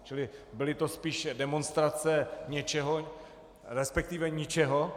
Čili byly to spíše demonstrace něčeho resp. ničeho.